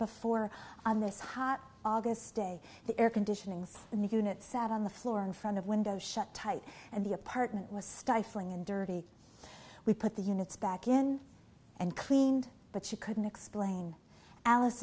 before on this hot august day the air conditioning in the unit sat on the floor in front of windows shut tight and the apartment was stifling and dirty we put the units back in and cleaned but she couldn't explain alice